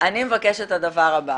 אני מבקשת את הדבר הבא